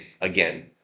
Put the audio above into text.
again